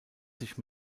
sich